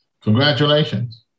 Congratulations